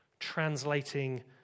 translating